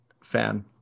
fan